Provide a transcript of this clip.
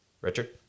Richard